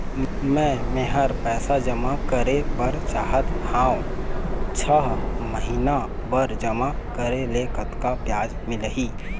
मे मेहर पैसा जमा करें बर चाहत हाव, छह महिना बर जमा करे ले कतक ब्याज मिलही?